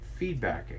feedbacking